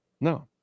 No